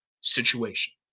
situation